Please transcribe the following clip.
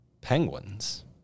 Penguins